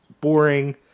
boring